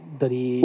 dari